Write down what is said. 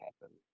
happen